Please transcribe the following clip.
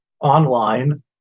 online